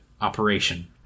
operation